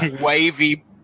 wavy –